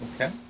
Okay